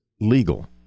legal